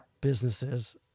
businesses